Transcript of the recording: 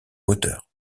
moteurs